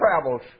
travels